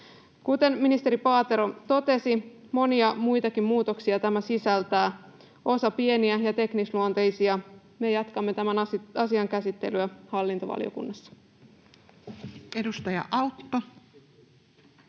Kuten ministeri Paatero totesi, monia muitakin muutoksia tämä sisältää, osa pieniä ja teknisluonteisia. Me jatkamme tämän asian käsittelyä hallintovaliokunnassa. Edustaja Autto.